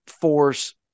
force